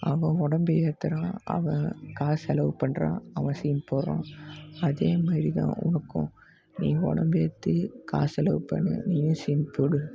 அவன் உடம்ப ஏற்றுறான் அவன் காசு செலவு பண்றான் அவன் சீன் போடுறான் அதே மாதிரிதான் உனக்கும் நீ உடம்ப ஏற்றி காசு செலவு பண்ணு நீயும் சீன் போடு